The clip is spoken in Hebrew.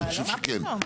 אני חושב שכן.